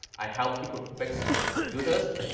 i helped people fix computers,